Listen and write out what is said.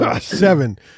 seven